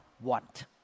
want